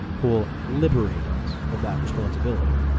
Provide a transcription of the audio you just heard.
who'll liberate us of that responsibility.